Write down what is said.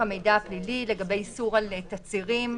הפלילי או בחיקוק ספציפי.